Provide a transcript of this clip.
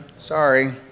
sorry